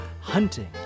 hunting